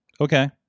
Okay